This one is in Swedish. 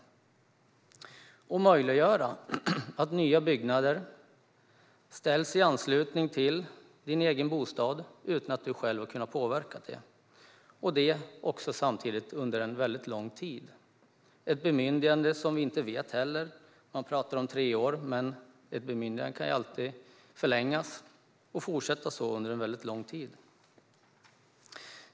Det skulle möjliggöra att nya byggnader läggs i anslutning till din egen bostad utan att du själv har kunnat påverka det. Det skulle samtidigt gälla under en väldigt lång tid. Man talar om att bemyndigandet ska gälla i tre år. Men ett bemyndigande kan alltid förlängas. Så kan det fortsätta under en väldigt lång tid.